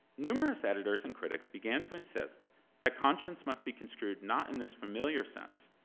numerous editors and critics began to insist that conscience must be construed not in this familiar sense,